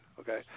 Okay